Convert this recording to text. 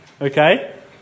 Okay